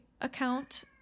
account